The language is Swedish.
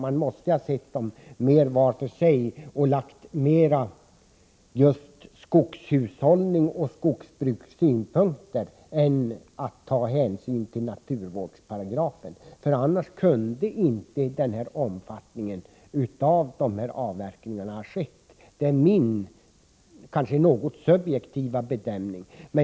De måste ha sett dem var för sig, och de måste vidare ha lagt mera vikt vid skogshushållningsoch skogsbrukssynpunkter på ärendena och tagit mindre hänsyn till naturvårdsparagraferna. I annat fall kunde inte avverkningarna ha fått denna omfattning. Detta är min — kanske något subjektiva — bedömning.